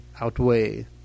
outweigh